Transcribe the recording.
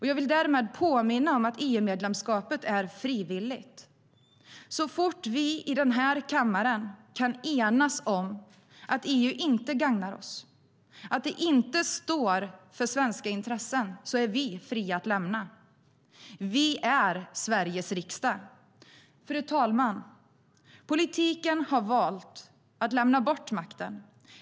Jag vill därmed påminna om att EU-medlemskapet är frivilligt. Så fort vi i den här kammaren kan enas om att EU inte gagnar oss och att det inte står för svenska intressen är vi fria att lämna. Vi är Sveriges riksdag. Fru talman! Politiken har valt att lämna bort makten.